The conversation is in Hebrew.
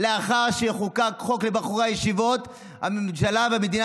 לאחר שיחוקק חוק לבחורי הישיבות הממשלה והמדינה